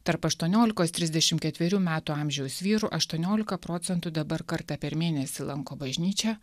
tarp aštuoniolikos trisdešim ketverių metų amžiaus vyrų aštuoniolika procentų dabar kartą per mėnesį lanko bažnyčią